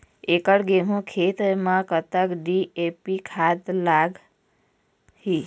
एकड़ गेहूं खेत म कतक डी.ए.पी खाद लाग ही?